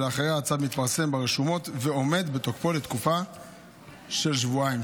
שלאחריה הצו מתפרסם ברשומות ועומד בתוקפו לתקופה של שבועיים,